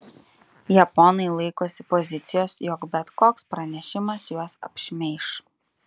japonai laikosi pozicijos jog bet koks pranešimas juos apšmeiš